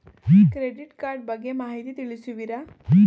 Credit card ಬಗ್ಗೆ ಮಾಹಿತಿ ತಿಳಿಸುವಿರಾ?